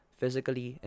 physically